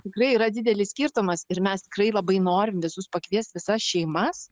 tikrai yra didelis skirtumas ir mes tikrai labai norim visus pakviest visas šeimas